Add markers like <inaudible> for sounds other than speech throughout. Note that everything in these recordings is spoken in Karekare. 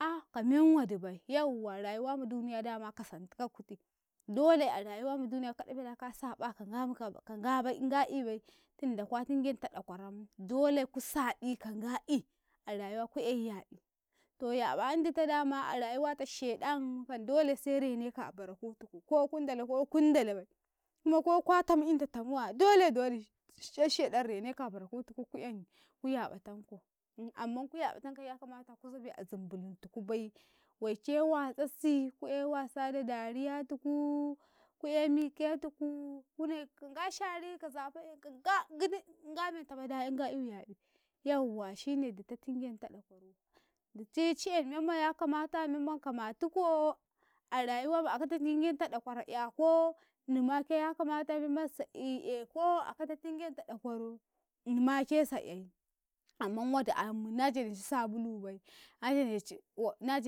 ah ka menwadibai yawwa rayuwa ma duniya dama a kasantikau kuti dole a rayuwa ma duniya ka ɗafre da ka sa2a kangamu kabai kan qaba nga ibai tunda kwatina enta ɗakwaram dle ku sa2i kan nga'ia rayuwa ku le ya2i to ya2i an dita dama a rayuwata sheɗan kan dole se reneka a barakutuku ko kundalako kundalabai kuma ko kwatam inta tam waya dole dowodi se sheɗan reneka a barakutuku ku en kuya2atanku amman kuya2atankaye yakamku zabe a zumbulutukubai wai ke watsasi kue kawa ka zirattuku kue miketuku kunai nga shari ka nzafa'e kan nga gid nga mentabai da yan nga euya2i yawwa shine dita tingenta meman kamatuko a rayuwama akato tingenta ɗakwaro yakoo numake ya kamata sa e ehko a kata tingenta ɗakwaro inimake sa eyy, amman wodi ay amna janeci sabulubai, na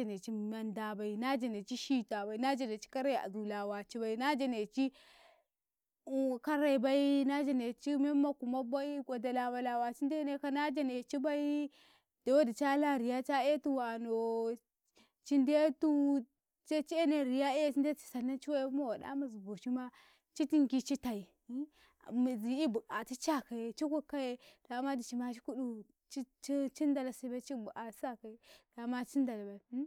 janace kare a lawacibaina janeci <hesitation> kare lawacin ndeneka na janecibai, dowodi cala riya ca eatu wano cindetu se ci ene riya eh cin detu sanan ciwe ma waɗa mazu bocima citingi ci tai <hesitation> mizi'i buqacitaye ci kuɗ kaye dama dicima ci kudu <hesitation> cin ndala sebai ci bu'a tissakaye dama cin ndalabai. <hesitation>